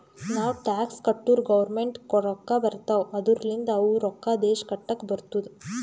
ನಾವ್ ಟ್ಯಾಕ್ಸ್ ಕಟ್ಟುರ್ ಗೌರ್ಮೆಂಟ್ಗ್ ರೊಕ್ಕಾ ಬರ್ತಾವ್ ಅದೂರ್ಲಿಂದ್ ಅವು ರೊಕ್ಕಾ ದೇಶ ಕಟ್ಲಕ್ ಬರ್ತುದ್